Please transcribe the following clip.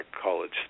college